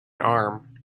arm